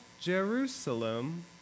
Jerusalem